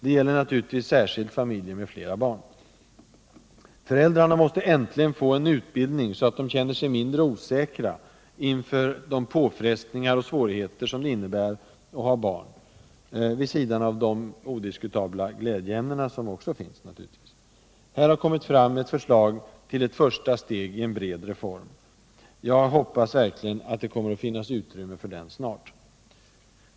Det gäller naturligtvis särskilt familjer med flera barn. Föräldrarna måste äntligen få en utbildning så att de känner sig mindre osäkra inför alla de påfrestningar och svårigheter som det innebär att ha barn — vid sidan av de odiskutabla glädjeämnena. Här har nu kommit fram ett förslag till ett första steg i en bred reform. Jag hoppas verkligen att det kommer att finnas utrymme för den snart.